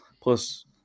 Plus